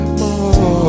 More